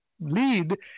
lead